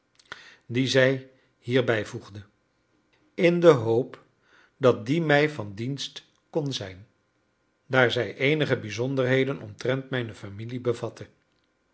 dien zij hier bij voegde in de hoop dat die mij van dienst kon zijn daar hij eenige bijzonderheden omtrent mijne familie